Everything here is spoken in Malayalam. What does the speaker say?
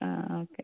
ആ ഓക്കെ